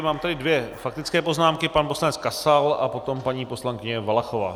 Mám tady dvě faktické poznámky, pan poslanec Kasal a potom paní poslankyně Valachová.